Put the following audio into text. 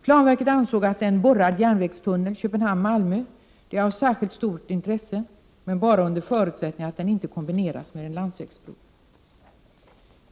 Planverket ansåg att en borrad järnvägstunnel Köpenhamn-Malmö är av särskilt stort intresse, men bara under förutsättning att den inte kombineras med en landsvägsbro.